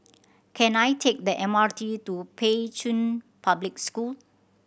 can I take the M R T to Pei Chun Public School